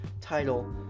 title